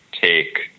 take